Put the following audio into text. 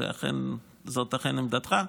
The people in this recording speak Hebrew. זאת אכן עמדתך?